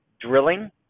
drilling